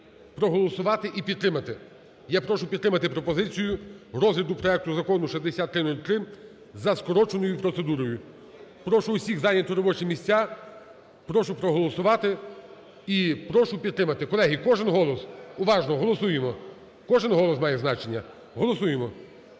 проголосувати і підтримати. Я прошу підтримати пропозицію розгляду проекту Закону 6303 за скороченою процедурою. Прошу усіх зайняти робочі місця. Прошу проголосувати і прошу підтримати. Колеги, кожен голос уважно голосуємо, кожен голос має значення, голосуємо.